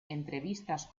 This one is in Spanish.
entrevistas